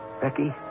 Becky